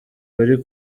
bari